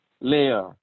layer